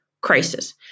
crisis